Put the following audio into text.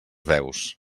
veus